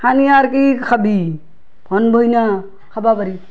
সানি আৰু কি খাবি ভন ভইনা খাব পাৰি